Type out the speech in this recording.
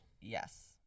Yes